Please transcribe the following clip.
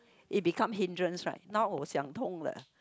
it becomes hindrance right now 想通了: xiang tong le